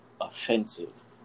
offensive